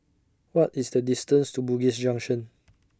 What IS The distance to Bugis Junction